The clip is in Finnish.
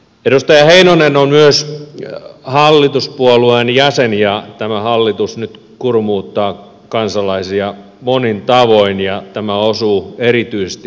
edustaja heinonen on myös hallituspuolueen jäsen ja tämä hallitus nyt kurmuuttaa kansalaisia monin tavoin ja tämä osuu erityisesti haja asutusalueille